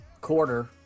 quarter